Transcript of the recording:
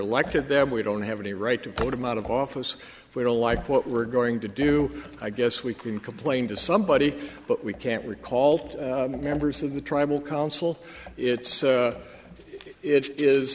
elected them we don't have any right to vote them out of office if we don't like what we're going to do i guess we can complain to somebody but we can't recall two members of the tribal council it's it is